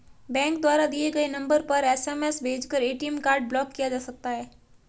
bank द्वारा दिए गए नंबर पर एस.एम.एस भेजकर ए.टी.एम कार्ड ब्लॉक किया जा सकता है